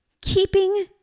keeping